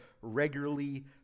regularly